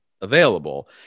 available